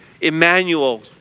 Emmanuel